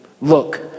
Look